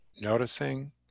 noticing